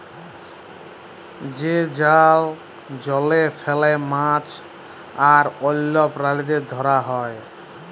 যে জাল জলে ফেলে মাছ আর অল্য প্রালিদের ধরা হ্যয়